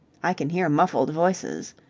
i can hear muffled voices.